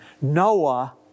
Noah